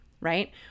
right